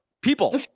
People